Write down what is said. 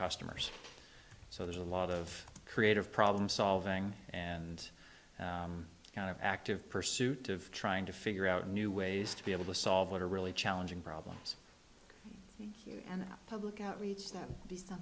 customers so there's a lot of creative problem solving and kind of active pursuit of trying to figure out new ways to be able to solve what are really challenging problems public outr